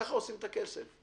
כך עושים את הכסף,